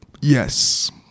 Yes